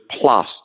plus